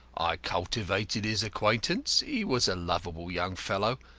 i cultivated his acquaintance he was a lovable young fellow,